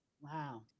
wow